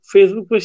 Facebook